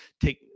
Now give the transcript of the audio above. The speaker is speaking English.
take